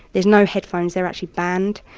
there's no headphones, they're actually banned.